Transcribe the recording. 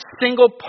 single